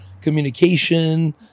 communication